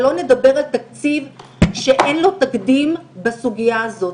שלא נדבר על תקציב שאין לו תקדים בסוגיה הזאת.